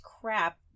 crap